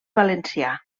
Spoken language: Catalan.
valencià